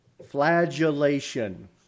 Flagellation